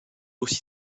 aussi